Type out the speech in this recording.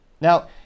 Now